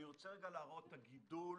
אני רוצה להראות את הגידול